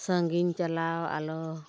ᱥᱟᱺᱜᱤᱧ ᱪᱟᱞᱟᱣ ᱟᱞᱚ